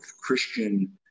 Christian